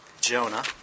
Jonah